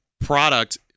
Product